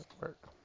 work